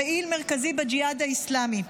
פעיל מרכזי בג'יהאד האסלאמי.